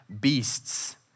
beasts